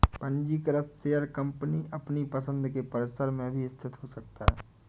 पंजीकृत share company अपनी पसंद के परिसर में भी स्थित हो सकता है